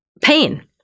pain